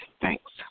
Thanks